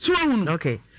Okay